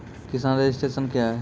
किसान रजिस्ट्रेशन क्या हैं?